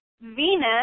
Venus